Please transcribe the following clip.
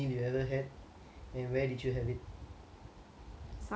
and where did you have it